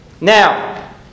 Now